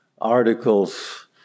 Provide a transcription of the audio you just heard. articles